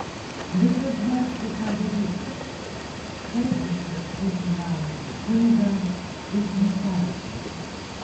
visi svarstė ką daryti kaip iškrapštyti jaunąjį kunigą iš micaičių